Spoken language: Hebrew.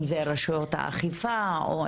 אם אלו רשויות האכיפה או